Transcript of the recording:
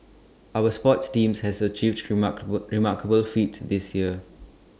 our sports teams have achieved remarkable remarkable feats this year